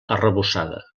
arrebossada